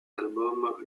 albums